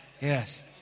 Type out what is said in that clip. Yes